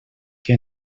que